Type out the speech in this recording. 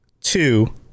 Two